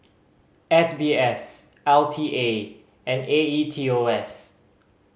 S B S L T A and A E T O S